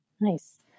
Nice